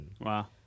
Wow